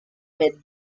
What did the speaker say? mid